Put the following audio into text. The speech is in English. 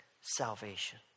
salvation